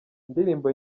indirimbo